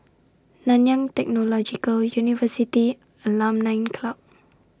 Nanyang Technological University Alumni Club